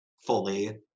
fully